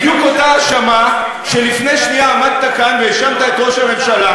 בדיוק אותה האשמה שלפני שנייה עמדת כאן והאשמת בה את ראש הממשלה.